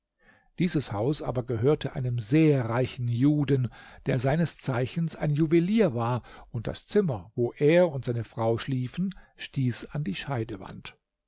dieses haus aber gehörte einem sehr reichen juden der seines zeichens ein juwelier war und das zimmer wo er und seine frau schliefen stieß an die